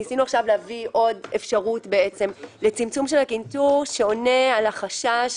ניסינו עכשיו להביא עוד אפשרות לצמצום הקנטור שעונה על החשש